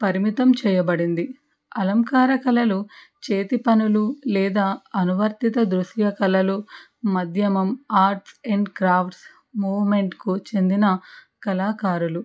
పరిమితం చేయబడింది అలంకార కలలో చేతి పనులు లేదా అలవర్తితో దృశ్రీయా కళలు మాద్యమం ఆర్ట్స్ అండ్ క్రాఫ్ట్స్ మూమెంట్కు చెందిన కళాకారులు